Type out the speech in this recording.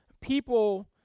people